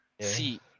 see